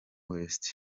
west